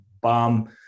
bomb